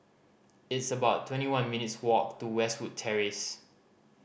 it's about twenty one minutes' walk to Westwood Terrace